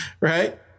right